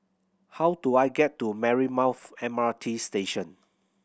how do I get to Marymounth M R T Station